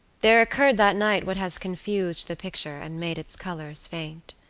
there occurred that night what has confused the picture, and made its colours faint.